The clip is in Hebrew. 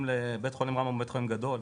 בית חולים רמב"ם הוא בית חולים גדול,